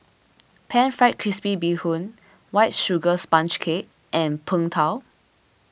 Pan Fried Crispy Bee Hoon White Sugar Sponge Cake and Png Tao